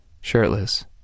shirtless